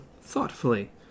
thoughtfully